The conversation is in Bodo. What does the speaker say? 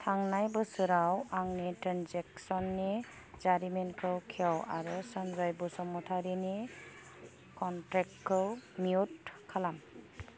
थांनाय बोसोराव आंनि ट्रेन्जेकसननि जारिमिनखौ खेव आरो सनजय बसुमतारिनि कनटेक्टखौ मिउट खालाम